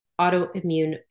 autoimmune